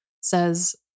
says